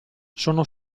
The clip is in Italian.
sono